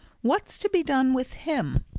what's to be done with him?